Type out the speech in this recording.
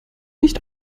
nicht